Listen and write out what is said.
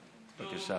בבקשה.